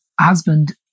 husband